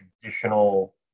traditional